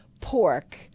pork